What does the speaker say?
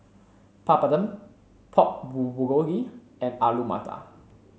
Papadum Pork Bulgogi and Alu Matar